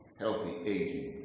healthy aging.